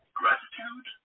gratitude